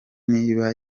niba